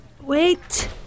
Wait